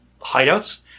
hideouts